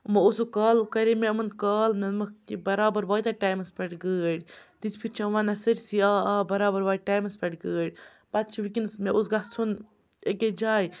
یِمو اوسُکھ کالہٕ کَرے مےٚ یِمَن کال مےٚ دۄپمَکھ کہِ بَرابر واتیاہ ٹایمَس پٮ۪ٹھ گٲڑۍ تِژھ پھرِ چھِ یِم وَنان سٲرسٕے آ آ بَرابر واتہِ ٹایمَس پٮ۪ٹھ گٲڑۍ پَتہٕ چھِ وٕنکیٚنَس مےٚ اوس گَژھُن أکِس جایہِ